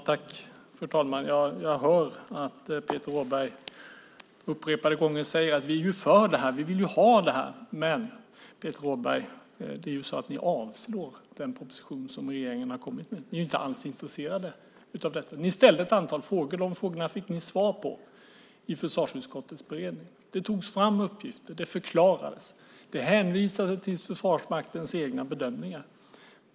Fru talman! Jag hör att Peter Rådberg upprepade gånger säger: Vi är för detta. Vi vill ha detta. Men, Peter Rådberg, ni avslår ju den proposition som regeringen har kommit med. Ni är inte alls intresserade av detta. Ni ställde ett antal frågor. De frågorna fick ni svar på i försvarsutskottets beredning. Det togs fram uppgifter, det förklarades och det hänvisades till Försvarsmaktens egna bedömningar.